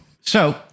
So-